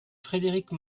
frédérique